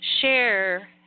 share